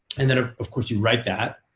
and then, ah of course, you write that.